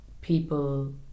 people